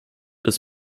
des